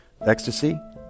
ecstasy